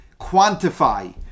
quantify